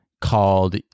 called